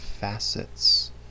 facets